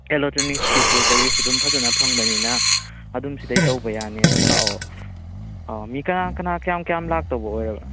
ꯏꯂꯦꯛꯇ꯭ꯔꯣꯅꯤꯛꯁꯤꯁꯨ ꯀꯩꯒꯤꯁꯨ ꯑꯗꯨꯝ ꯐꯖꯅ ꯐꯪꯕꯅꯤꯅ ꯑꯗꯨꯝ ꯁꯤꯗꯩ ꯇꯧꯕ ꯌꯥꯅꯤ ꯑꯗꯨꯝ ꯂꯥꯛꯑꯣ ꯃꯤ ꯀꯅꯥ ꯀꯅꯥ ꯀꯌꯥꯝ ꯀꯌꯥꯝ ꯂꯥꯛꯇꯧꯕ ꯑꯣꯏꯔꯕ